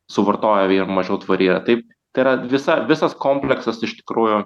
suvartoja ir ji mažiau tvari yra tai tai yra visa visas komplektas iš tikrųjų